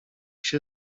się